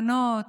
בנות,